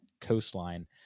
coastline